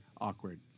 awkward